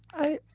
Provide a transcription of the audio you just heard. i,